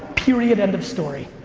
period, end of story.